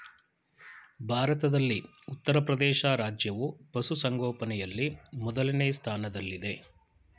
ಭಾರತದಲ್ಲಿ ಉತ್ತರಪ್ರದೇಶ ರಾಜ್ಯವು ಪಶುಸಂಗೋಪನೆಯಲ್ಲಿ ಮೊದಲನೇ ಸ್ಥಾನದಲ್ಲಿದೆ